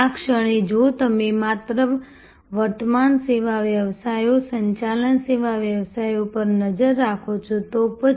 આ ક્ષણે જો તમે માત્ર વર્તમાન સેવા વ્યવસાયો સંચાલન સેવા વ્યવસાયો પર નજર નાખો તો પછી